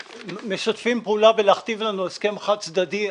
ומשתפים פעולה להכתיב לנו הסכם חד צדדי.